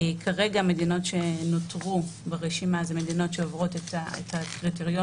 כרגע המדינות שנותרו ברשימה זה מדינות שעוברות את הקריטריון